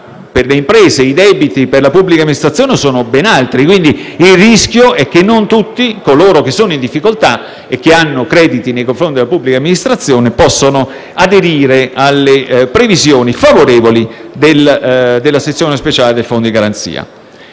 per le imprese e i debiti per la pubblica amministrazione sono ben altri, quindi il rischio è che non tutti coloro che sono in difficoltà e che hanno crediti nei confronti della pubblica amministrazione potranno aderire alle previsioni favorevoli della sezione speciale del fondo di garanzia.